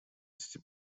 эти